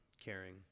caring